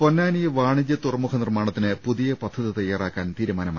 പൊന്നാനി വാണിജൃ തുറമുഖ നിർമ്മാണത്തിന് പുതിയ പദ്ധതി തയാറാക്കാൻ തീരുമാനമായി